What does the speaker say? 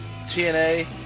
TNA